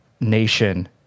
nation